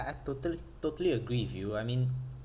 I totally totally agree with you I mean